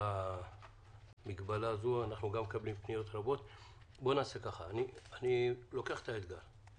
אני לוקח את האתגר,